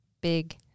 big